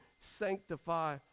sanctify